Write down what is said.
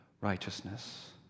righteousness